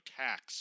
tax